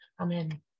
Amen